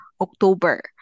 October